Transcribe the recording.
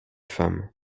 femmes